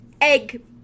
egg